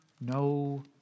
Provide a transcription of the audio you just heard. no